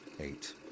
Eight